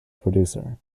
producer